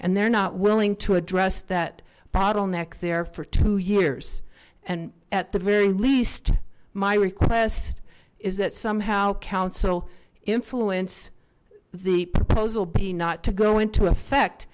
and they're not willing to address that bottleneck there for two years and at the very least my request is that somehow council influence the proposal be not to go into effect